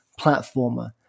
platformer